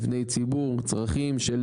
מבני ציבור, צרכים של